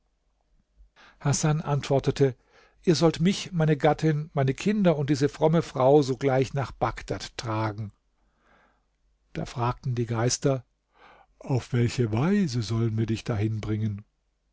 hasan antwortete ihr sollt mich meine gattin meine kinder und diese fromme frau sogleich nach bagdad tragen da fragten die geister auf welche weise sollen wir dich dahin bringen